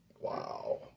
Wow